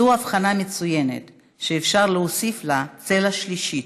זו הבחנה מצוינת שאפשר להוסיף לה צלע שלישית,